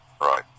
Right